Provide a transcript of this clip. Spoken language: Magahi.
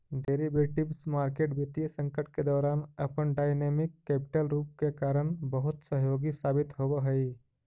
डेरिवेटिव्स मार्केट वित्तीय संकट के दौरान अपन डायनेमिक कैपिटल रूप के कारण बहुत सहयोगी साबित होवऽ हइ